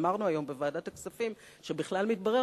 אמרנו היום בוועדת הכספים שבכלל מתברר